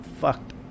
fucked